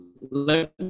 let